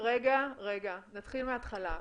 --- נתחיל מהתחלה.